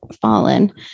fallen